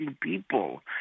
people